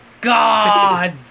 God